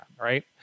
right